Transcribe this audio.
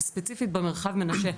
וספציפית במרחב מנשה,